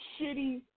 shitty